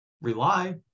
rely